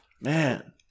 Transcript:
Man